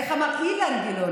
איך אמר אילן גילאון?